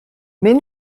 mais